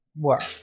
work